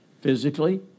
physically